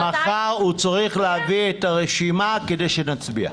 עד מחר הוא צריך להביא את הרשימה כדי שנצביע.